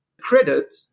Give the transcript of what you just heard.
Credit